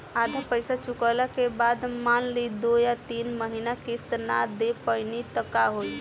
आधा पईसा चुकइला के बाद मान ली दो या तीन महिना किश्त ना दे पैनी त का होई?